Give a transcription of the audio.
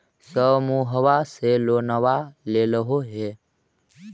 समुहवा से लोनवा लेलहो हे?